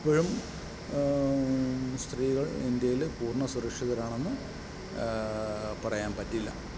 ഇപ്പോഴും സ്ത്രീകൾ ഇന്ത്യയിൽല് പൂർണ സുരക്ഷിതരാണെന്ന് പറയാൻ പറ്റില്ല